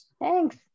Thanks